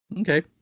Okay